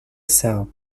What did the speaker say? cell